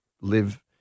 live